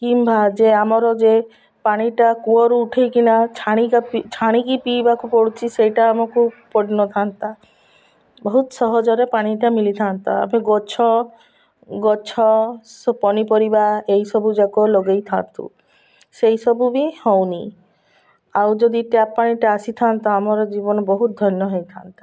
କିମ୍ବା ଯେ ଆମର ଯେ ପାଣିଟା କୂଅରୁ ଉଠେଇକିନା ଛାଣିକି ଛାଣିକି ପିଇବାକୁ ପଡ଼ୁଛି ସେଇଟା ଆମକୁ ପଡ଼ିନଥାନ୍ତା ବହୁତ ସହଜରେ ପାଣିଟା ମିଲିଥାନ୍ତା ଆମେ ଗଛ ଗଛ ପନିପରିବା ଏଇସବୁ ଯାକ ଲଗେଇଥାନ୍ତୁ ସେଇସବୁ ବି ହେଉନି ଆଉ ଯଦି ଟ୍ୟାପ୍ ପାଣିଟା ଆସିଥାନ୍ତା ଆମର ଜୀବନ ବହୁତ ଧନ୍ୟ ହୋଇଥାନ୍ତା